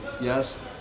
yes